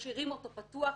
משאירים אותו פתוח,